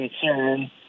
concern